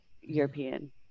European